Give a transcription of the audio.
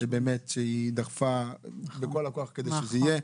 שהיא דחפה בכל הכוח כדי שזה יהיה.